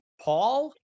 Paul